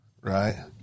Right